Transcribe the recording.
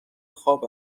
خواب